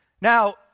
Now